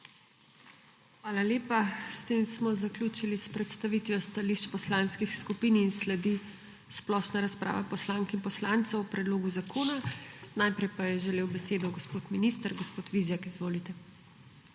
Hvala lepa. S tem smo zaključili s predstavitvijo stališč poslanskih skupin in sledi splošna razprava poslank in poslancev o predlogu zakona. Najprej pa je želel besedo gospod minister. Gospod Vizjak, izvolite.